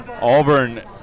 Auburn